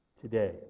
today